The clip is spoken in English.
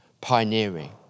pioneering